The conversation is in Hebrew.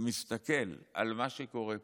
מסתכל על מה שקורה פה,